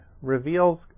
reveals